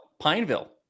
Pineville